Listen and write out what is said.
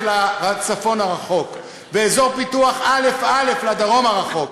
לצפון הרחוק ואזור פיתוח א"א לדרום הרחוק,